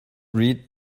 read